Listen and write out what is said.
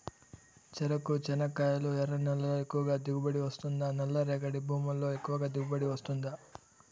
చెరకు, చెనక్కాయలు ఎర్ర నేలల్లో ఎక్కువగా దిగుబడి వస్తుందా నల్ల రేగడి భూముల్లో ఎక్కువగా దిగుబడి వస్తుందా